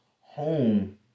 home